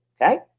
Okay